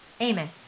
Amen